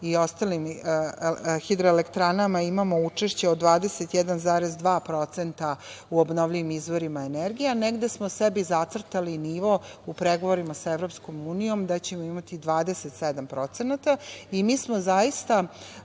i ostalim hidroelektranama imamo učešće od 21,2% u obnovljivim izvorima energije, a negde smo sebi zacrtali nivo, u pregovorima sa Evropskom unijom, da ćemo imati 27%. Mi smo zaista